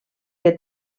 que